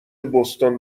بوستون